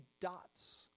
dots